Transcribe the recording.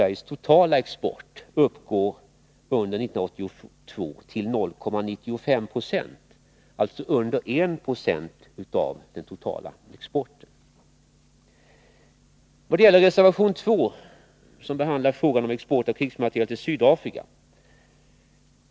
Reservation nr 2 behandlar frågan om export av krigsmateriel till Sydafrika.